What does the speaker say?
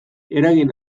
eragin